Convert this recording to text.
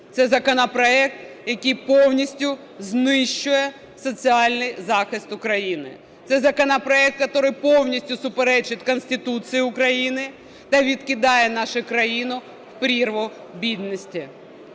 це законопроект, який повністю знищує соціальний захист України. Це законопроект, який повністю суперечить Конституції України та відкидає нашу країну в прірву бідності.